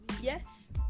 Yes